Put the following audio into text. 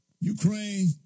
Ukraine